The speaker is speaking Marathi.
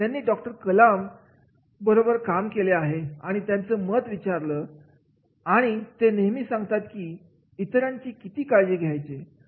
ज्यांनी डॉक्टर अब्दुल कलाम बरोबर काम केले आहे त्यांचं मत विचारलं तर ते नेहमी सांगतात की ते इतरांची किती काळजी घ्यायचे